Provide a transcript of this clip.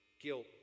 Guilt